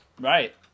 Right